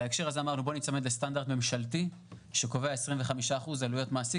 אנחנו מנסים להצמד לסטנדרט ממשלתי שקובע 25% עלויות מעסיק